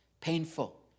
Painful